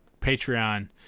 Patreon